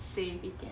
safe 一点